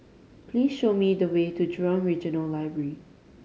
please show me the way to Jurong Regional Library